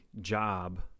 job